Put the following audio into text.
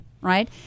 right—